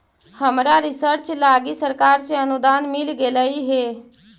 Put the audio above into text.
हमरा रिसर्च लागी सरकार से अनुदान मिल गेलई हे